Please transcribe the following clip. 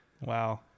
Wow